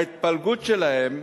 ההתפלגות שלהם,